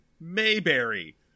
Mayberry